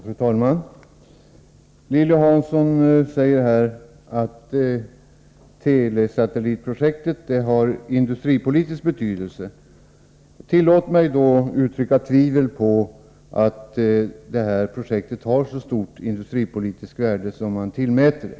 Fru talman! Lilly Hansson säger att telesatellitprojektet har industripolitisk betydelse. Tillåt mig dock tvivla på att projektet har så stort industripolitiskt värde som man tillmäter det.